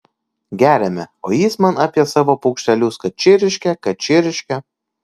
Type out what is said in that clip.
geriame o jis man apie savo paukštelius kad čirškia kad čirškia